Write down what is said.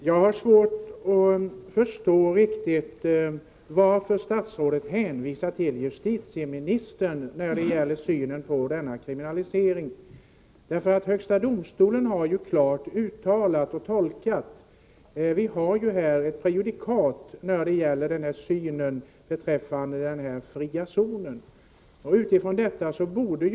Herr talman! Jag har svårt att riktigt förstå varför statsrådet hänvisar till justitieministern när det gäller synen på denna kriminalisering. Högsta domstolen har ju kommit med ett klart uttalande och en klar tolkning — det finns ett prejudikat beträffande synen på den fria zonen.